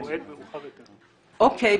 אוקי,